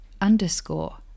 underscore